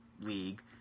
League